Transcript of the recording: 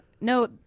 no